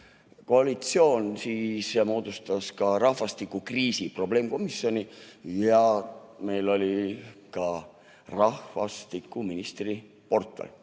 Koalitsioon moodustas ka rahvastikukriisi probleemkomisjoni, meil oli ka rahvastikuministri portfell,